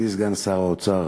ידידי סגן שר האוצר,